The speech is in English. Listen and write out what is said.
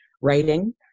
writing